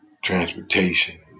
transportation